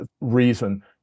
reason